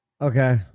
Okay